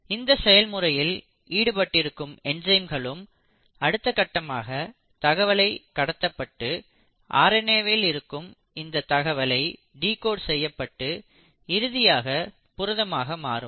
இந்த செயல்முறையில் ஈடுபட்டிருக்கும் என்சைம்களும் அடுத்த கட்டமாக தகவல் கடத்தப்பட்டு ஆர் என் ஏ வில் இருக்கும் இந்த தகவல் டிகோட் செய்யப்பட்டு இறுதியாக புரதமாக மாறும்